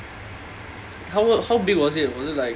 how how big was it was it like